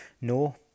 No